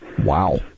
Wow